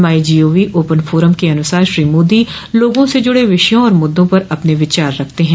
माई gov open forum के अनुसार श्री मोदी लोगों से जुड़े विषयों और मुद्दों पर अपने विचार रखते हैं